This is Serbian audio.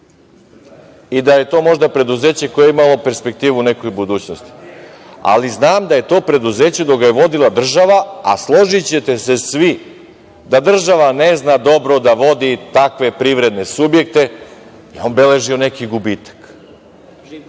i da je to možda preduzeće koje je imalo perspektivu u nekoj budućnosti. Ali, znam da je to preduzeće dok ga je vodila država, a složićete se svi da država ne zna dobro da vodi takve privredne subjekte, beležilo neki gubitak.